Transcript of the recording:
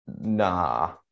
nah